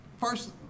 first